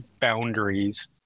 boundaries –